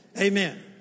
Amen